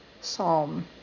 psalm